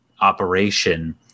operation